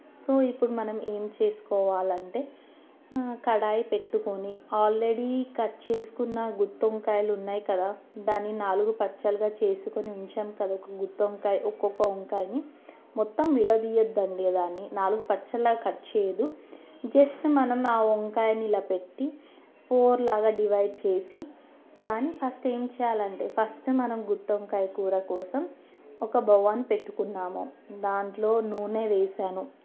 so ఇప్పుడు మనం ఏం చేసుకోవాలంటే కడాయి పెట్టుకుని ఆల్రెడీ కట్ చేసుకున్న గుత్తి వంకాయలున్నాయి కదా దాని నాలుగు పచ్చలుగా చేసుకొని ఉంచాను కదా గుత్తి వంకాయ ఒక్కొక్క వంకాయని మొత్తం విడదీయొద్దు అండి దాన్ని నాలుగు పచ్చల్లా కట్ చేయద్దు జస్ట్ మనం ఆ వంకాయని ఇలా పెట్టి ఫోర్లాగా డివైడ్ చేసి దాన్ని ఫస్ట్ ఏమి చేయాలంటే ఫస్ట్ మనం గుత్తి వంకాయ కూర కోసం ఒక బగోని పెట్టుకున్నాము దాంట్లో నూనె వేసాను